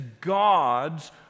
God's